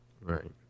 Right